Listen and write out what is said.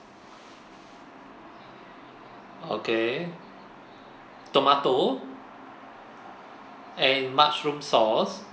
okay tomato and mushroom sauce